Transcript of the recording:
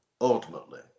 Ultimately